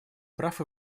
прав